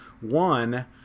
one